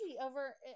over